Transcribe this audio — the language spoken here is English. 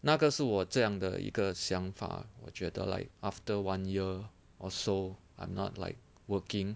那个是我这样的一个想法我觉得 like after one year or so I'm not like working